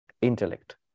intellect